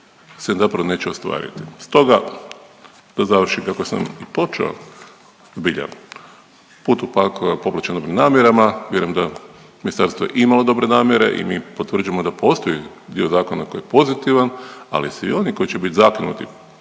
se zapravo neće ostvariti. Stoga da završim kako sam i počeo, zbilja put u pakao popločen je dobrim namjerama, vjerujem da je ministarstvo imalo dobre namjere i mi potvrđujemo da postoji dio zakona koji je pozitivan, ali svi oni koji će biti zakinuti,